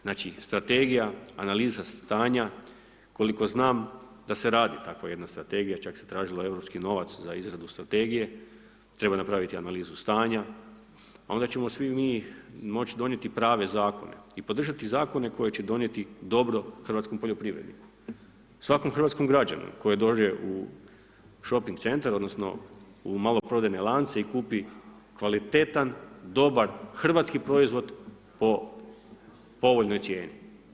Znači strategija, analiza stanja koliko znam da se radi takva jedna strategija čak se tražila europski novac za izradu strategije, treba napraviti analizu stanja, a onda ćemo svi mi moć donijeti prave zakone i podržati zakone koji će donijeti dobro hrvatskom poljoprivredniku, svakom hrvatskom građanu koji dođe u šoping centar odnosno u maloprodajne lance i kupi kvalitetan, dobar hrvatski proizvod po povoljnoj cijeni.